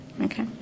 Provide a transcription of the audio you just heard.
Okay